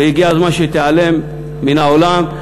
והגיע הזמן שהיא תיעלם מן העולם.